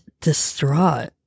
distraught